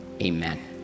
amen